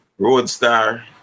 Roadstar